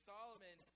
Solomon